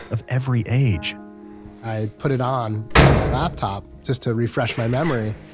of every age i put it on, on my laptop just to refresh my memory,